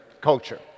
culture